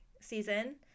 season